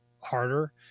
harder